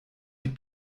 die